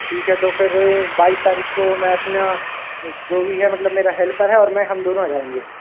ठीक है तो फिर बाईस तारीख को मैं अपना जो भी है मतलब मेरा हेल्पर है और मैं हम दोनों आ जाएँगे